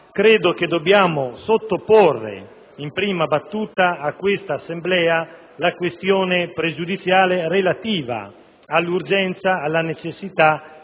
credo che dobbiamo sottoporre in prima battuta a questa Assemblea la questione pregiudiziale relativa all'urgenza e alla necessità